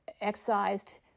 excised